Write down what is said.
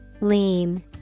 Lean